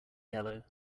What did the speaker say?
yellow